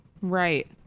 Right